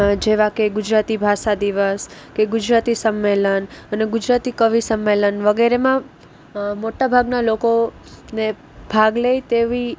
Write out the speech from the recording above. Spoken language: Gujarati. જેવા કે ગુજરાતી ભાષા દિવસ કે ગુજરાતી સંમેલન અને ગુજરાતી કવિ સંમેલન વગેરેમાં મોટાભાગના લોકો ને ભાગ લે તેવી